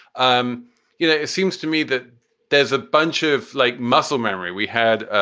um you know, it seems to me that there's a bunch of, like, muscle memory. we had ah